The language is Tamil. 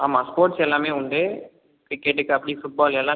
ஆமாம் ஸ்போர்ட்ஸ் எல்லாமே உண்டு கிரிக்கெட் கபடி ஃபுட்பால் எல்லாம்